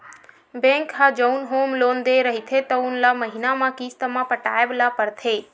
bank ह जउन home loan दे रहिथे तउन ल महिना म किस्त म पटाए ल परथे